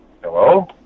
Hello